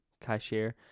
cashier